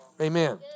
Amen